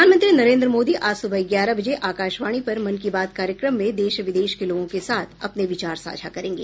प्रधानमंत्री नरेन्द्र मोदी आज सुबह ग्यारह बजे आकाशवाणी पर मन की बात कार्यक्रम में देश विदेश के लोगों के साथ अपने विचार साझा करेंगे